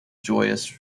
joyous